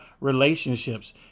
relationships